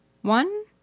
One